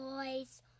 boys